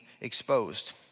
exposed